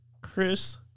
Chris